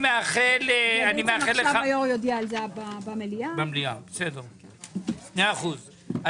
הישיבה ננעלה בשעה 13:37.